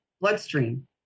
bloodstream